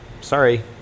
sorry